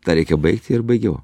tą reikia baigti ir baigiau